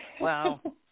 Wow